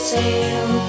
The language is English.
sail